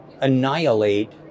annihilate